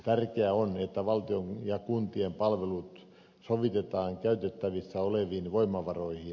tärkeää on että valtion ja kuntien palvelut sovitetaan käytettävissä oleviin voimavaroihin